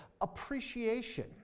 appreciation